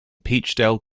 peachtree